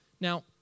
Now